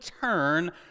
turn